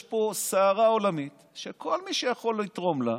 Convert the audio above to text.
יש פה סערה עולמית שכל מי שיכול לתרום לה,